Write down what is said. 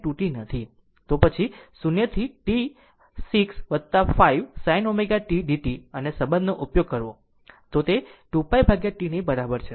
તો પછી 0 થી T 6 5 sin ω tdt અને આ સંબંધનો ઉપયોગ કરવો તે 2π T ની બરાબર છે